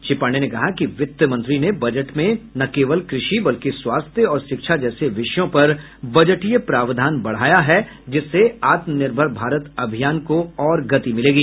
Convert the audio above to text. श्री पांडेय ने कहा कि वित्त मंत्री ने बजट में न केव्ल कृषि बल्कि स्वास्थय और शिक्षा जैसे विषयों पर बजटीय प्रावधान बढ़ाया है जिससे आत्मनिर्भर भारत अभियान को और गति मिलेगी